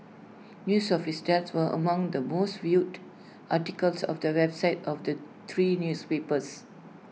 news of his death were among the most viewed articles of the websites of the three newspapers